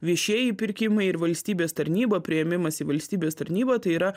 viešieji pirkimai ir valstybės tarnyba priėmimas į valstybės tarnybą tai yra